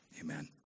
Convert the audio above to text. amen